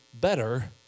better